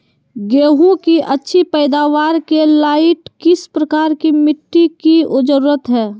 गेंहू की अच्छी पैदाबार के लाइट किस प्रकार की मिटटी की जरुरत है?